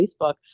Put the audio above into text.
Facebook